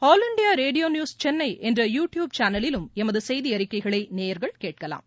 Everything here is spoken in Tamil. all India radio news Chennai என்ற யூ டியூப் சேனலிலும் எமது செய்தி அறிக்கைகளை நேயர்கள் கேட்கலாம்